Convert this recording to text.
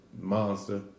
Monster